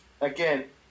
Again